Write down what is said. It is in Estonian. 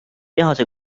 tehase